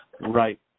Right